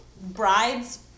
bride's